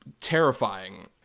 terrifying